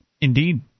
Indeed